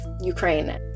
Ukraine